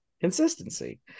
Consistency